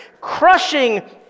crushing